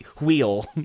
Wheel